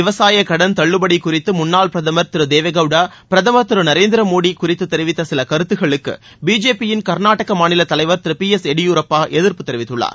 விவசாய கடன் தள்ளுபடி குறித்து முன்னாள் பிரதம் திரு தேவகவுடா பிரதம் திரு நரேந்திர மோடி குறித்து தெிவித்த சில கருத்துக்களுக்கு பிஜேபியின் கர்நாடக மாநிலத் தலைவர் திரு பி எஸ் எடியூரப்பா எதிர்ப்பு தெரிவித்துள்ளார்